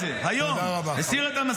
הוא היום אמר את זה, היום, הסיר את המסך.